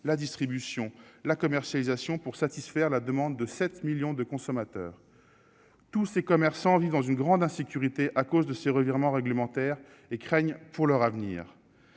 la distribution, la commercialisation pour satisfaire la demande de 7 millions de consommateurs tous ces commerçants vivent dans une grande insécurité à cause de revirements réglementaire et craignent pour leur avenir,